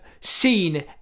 seen